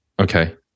Okay